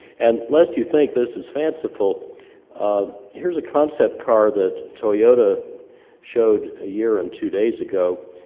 and lest you think this is fanciful um here's a concept car that toyota showed a year and two days ago